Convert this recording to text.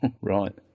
Right